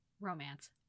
Romance